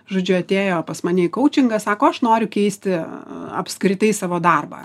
žodžiu atėjo pas mane į koučingą sako aš noriu keisti apskritai savo darbą